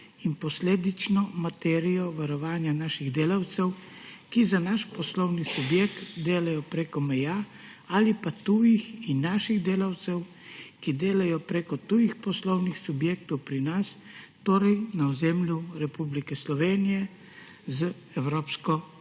in posledično materijo varovanja naših delavcev, ki za naš poslovni subjekt delajo preko meja, ali pa tujih in naših delavcev, ki delajo preko tujih poslovnih subjektov pri nas, torej na ozemlju Republike Slovenije, z evropsko